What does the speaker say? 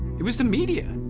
it was the media.